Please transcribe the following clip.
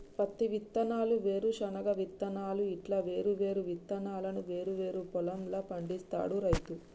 పత్తి విత్తనాలు, వేరుశన విత్తనాలు ఇట్లా వేరు వేరు విత్తనాలను వేరు వేరు పొలం ల పండిస్తాడు రైతు